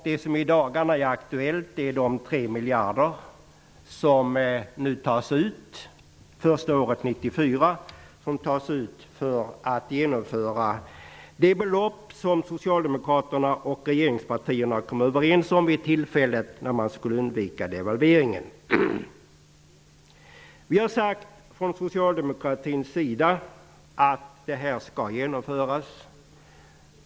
Aktuellt i dagarna är de 3 miljarder som nu tas ut -- första året är 1994 -- för att uppnå det belopp som Socialdemokraterna och regeringspartierna kom överens om vid tillfället då man ville undvika en devalvering. Från socialdemokratins sida har vi sagt att detta skall genomföras.